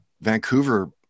Vancouver